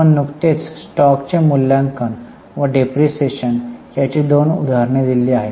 आपण नुकतेच स्टॉकचे मूल्यांकन व डिप्रीशीएशन याची दोन उदाहरणे दिली आहेत